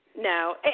No